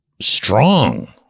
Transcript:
strong